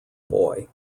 boy